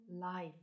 life